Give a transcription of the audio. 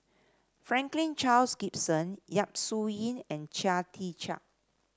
Franklin Charles Gimson Yap Su Yin and Chia Tee Chiak